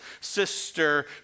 sister